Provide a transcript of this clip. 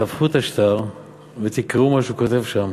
תהפכו את השטר ותקראו מה שהוא כותב שם,